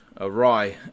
awry